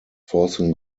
forcing